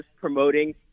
promoting